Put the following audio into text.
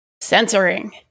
...censoring